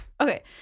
Okay